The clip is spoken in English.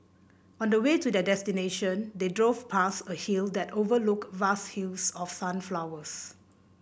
on the way to their destination they drove past a hill that overlooked vast fields of sunflowers